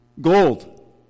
gold